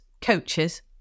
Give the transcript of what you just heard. coaches